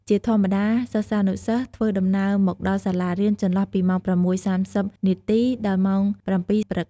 ជាធម្មតា សិស្សានុសិស្សធ្វើដំណើរមកដល់សាលារៀនចន្លោះពីម៉ោង ៦:៣០នាទី ដល់ម៉ោង ៧:០០ ព្រឹក។